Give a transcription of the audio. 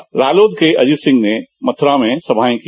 वहीं रालोद के अजित सिंह ने मथुरा में सभा की